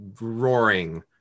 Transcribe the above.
roaring